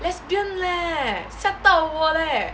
lesbian leh 吓到我 leh